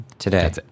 today